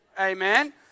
Amen